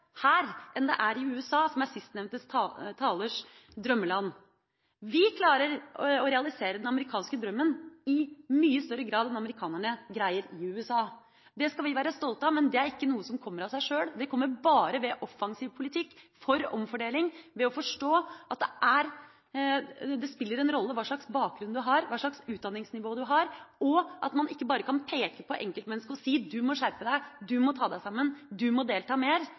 her enn det er i USA, som er forrige talers drømmeland. Vi klarer å realisere den amerikanske drømmen i mye større grad enn amerikanerne greier i USA. Det skal vi være stolte av, men det er ikke noe som kommer av seg sjøl. Det kommer bare ved offensiv poltikk for omfordeling, ved å forstå at det spiller en rolle hva slags bakgrunn man har, hva slags utdanningsnivå man har, og at man ikke bare kan peke på enkeltmennesket og si: Du må skjerpe deg. Du må ta deg sammen. Du må delta mer.